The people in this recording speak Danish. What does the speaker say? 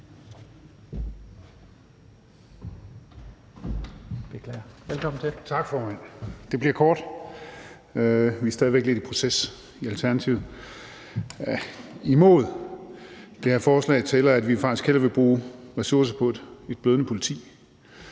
Tak, formand. Det bliver kort. Vi er stadig væk lidt i en proces i Alternativet. Imod det her forslag taler, at vi faktisk hellere vil bruge ressourcer på et blødende politi.